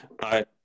I